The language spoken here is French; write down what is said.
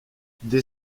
des